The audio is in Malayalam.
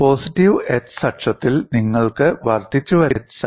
പോസിറ്റീവ് x അക്ഷത്തിൽ നിങ്ങൾക്ക് വർദ്ധിച്ചുവരുന്ന വിള്ളൽ വളർച്ചയുണ്ട്